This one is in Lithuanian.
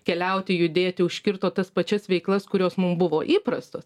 keliauti judėti užkirto tas pačias veiklas kurios mum buvo įprastos